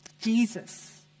Jesus